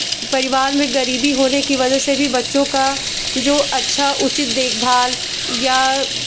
परिवार में गरीबी होने की वजह से भी बच्चों का जो अच्छा उचित देखभाल या